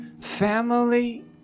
family